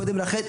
קודם לכן,